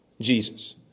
Jesus